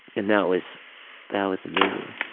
and that was that was amazing.